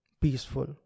peaceful